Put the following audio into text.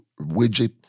widget